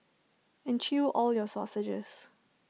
and chew all your sausages